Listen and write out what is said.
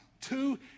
Two